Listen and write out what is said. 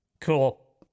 Cool